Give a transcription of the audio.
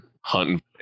hunting